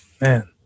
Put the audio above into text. Man